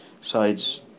sides